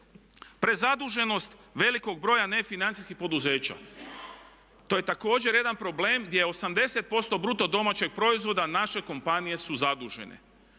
Prezaduženost velikog broja nefinancijskih poduzeća. To je također jedan problem gdje 80% bruto domaćeg proizvoda naše kompanije su zadužene.